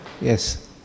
Yes